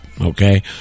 okay